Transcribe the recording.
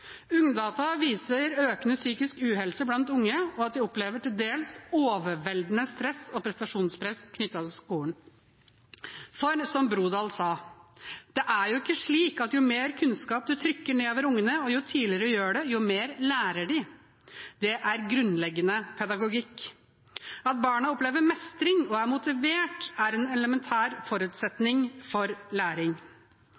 Ungdata viser økende psykisk uhelse blant unge, og at de opplever til dels overveldende stress og prestasjonspress knyttet til skolen. Som Brodal sa: Det er jo ikke slik at jo mer kunnskap du trykker nedover ungene, og jo tidligere du gjør det, jo mer lærer de. Det er grunnleggende pedagogikk. At barn opplever mestring og er motivert er en elementær